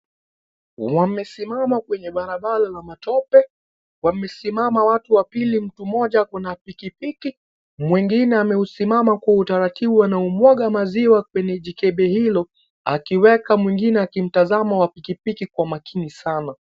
Wamesimama kwenye barabara la matope, wamesimama watu wawili mtu mmoja ako na pikipiki mwingine amesimama kwa utaratibu anaumwaga maziwa kwenye jikebe hilo akiweka mwingine akimtazama pikipiki kwa makini sana.